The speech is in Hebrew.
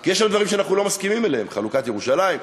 כי יש עוד דברים שאנחנו לא מסכימים עליהם: חלוקת ירושלים,